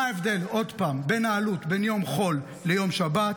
מה ההבדל עוד פעם בעלות בין יום חול ליום שבת?